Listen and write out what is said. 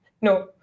No